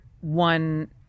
one